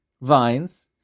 vines